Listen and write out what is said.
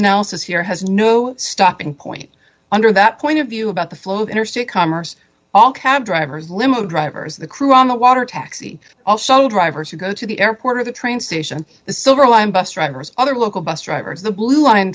analysis here has no stopping point under that point of view about the flow of interstate commerce all cab drivers limo drivers the crew on the water taxi drivers who go to the airport or the train station the silver line bus drivers other local bus drivers the blue line